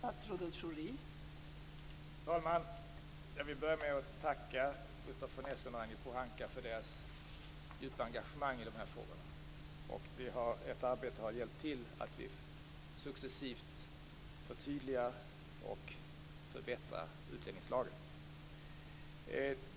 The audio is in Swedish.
Fru talman! Jag vill börja med att tacka Gustaf von Essen och Ragnhild Pohanka för deras djupa engagemang i de här frågorna. Ert arbete har hjälpt oss att successivt förtydliga och förbättra utlänningslagen.